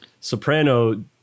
soprano